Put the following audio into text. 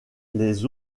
les